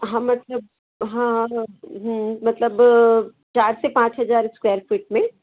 हाँ मतलब हाँ हाँ मतलब चार से पाँच हज़ार स्क्वायर फीट में